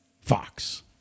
fox